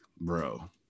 bro